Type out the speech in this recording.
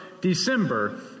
December